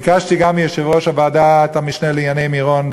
ביקשתי גם מיושב-ראש ועדת המשנה לענייני מירון,